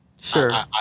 Sure